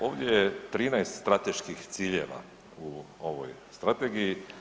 Ovdje je 13 strateških ciljeva u ovoj strategiji.